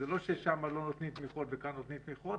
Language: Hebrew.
זה לא ששם לא נותנים תמיכות וכאן נותנים תמיכות.